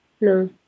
no